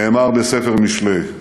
נאמר בספר משלי.